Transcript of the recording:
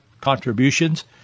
contributions